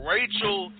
Rachel